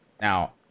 Now